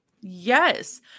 Yes